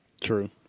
True